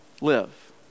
Live